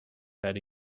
that